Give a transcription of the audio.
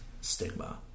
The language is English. stigma